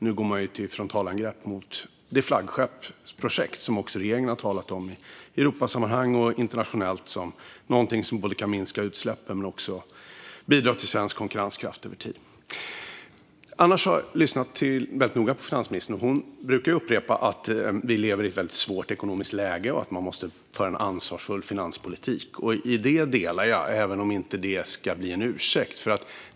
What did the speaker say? Nu går man till frontalangrepp mot det flaggskeppsprojekt som också regeringen har talat om i Europasammanhang och internationellt som någonting som kan minska utsläppen och också bidra till svensk konkurrenskraft efter tid. Annars har jag lyssnat väldigt noga på finansministern. Hon brukar upprepa att vi lever i ett väldigt svårt ekonomiskt läge och att man måste föra en ansvarsfull finanspolitik. Det instämmer jag i, även om det inte ska bli en ursäkt.